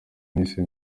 nise